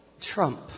Trump